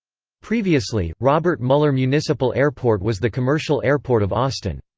previously, robert mueller municipal airport was the commercial airport of austin.